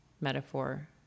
metaphor